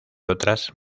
otras